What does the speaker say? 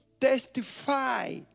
testify